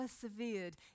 persevered